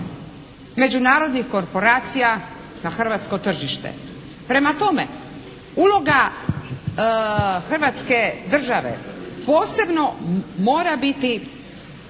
međunarodnih korporcija na hrvatsko tržište. Prema tome uloga Hrvatske države posebno mora biti